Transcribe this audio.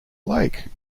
lake